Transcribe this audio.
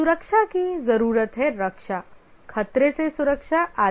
सुरक्षा की जरूरत है रक्षा खतरे से सुरक्षा आदि